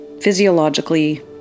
physiologically